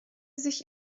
sich